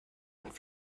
und